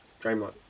Draymond